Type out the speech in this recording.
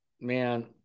man